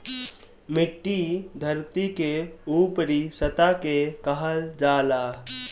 मिट्टी धरती के ऊपरी सतह के कहल जाला